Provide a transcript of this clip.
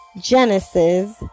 Genesis